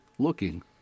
looking